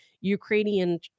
ukrainian